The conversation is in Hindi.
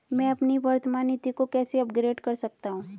मैं अपनी वर्तमान नीति को कैसे अपग्रेड कर सकता हूँ?